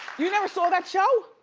you never saw that show?